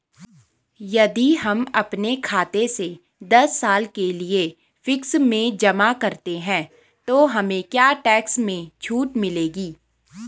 यदि हम अपने खाते से दस साल के लिए फिक्स में जमा करते हैं तो हमें क्या टैक्स में छूट मिलेगी?